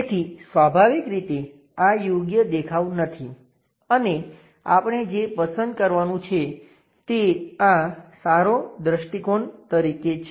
તેથી સ્વાભાવિક રીતે આ યોગ્ય દેખાવ નથી અને આપણે જે પસંદ કરવાનું છે તે આ સારો દૃષ્ટિકોણ તરીકે છે